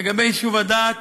לגבי יישוב-הדעת,